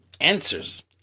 answers